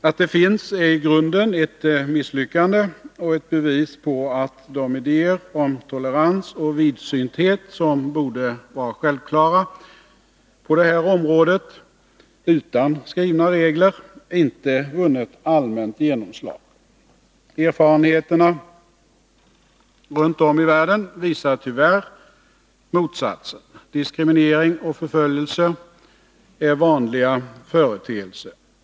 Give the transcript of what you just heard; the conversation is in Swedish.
Att det finns är i grunden ett misslyckande och ett bevis på att de idéer om tolerans och vidsynthet som borde vara självklara normer på det här området utan skrivna regler inte vunnit allmänt genomslag. Erfarenheterna runt om i världen visar tyvärr motsatsen. Diskriminering och förföljelser är vanliga företeelser.